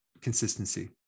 consistency